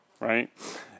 right